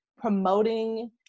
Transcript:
Promoting